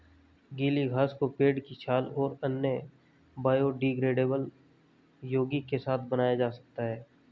गीली घास को पेड़ की छाल और कई अन्य बायोडिग्रेडेबल यौगिक के साथ बनाया जा सकता है